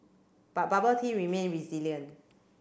but bubble tea remained resilient